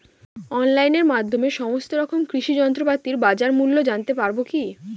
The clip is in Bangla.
অনলাইনের মাধ্যমে সমস্ত রকম কৃষি যন্ত্রপাতির বাজার মূল্য জানতে পারবো কি?